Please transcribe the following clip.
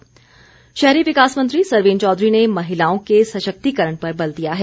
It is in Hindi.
सरवीण चौघरी शहरी विकास मंत्री सरवीण चौधरी ने महिलाओं के सशक्तिकरण पर बल दिया है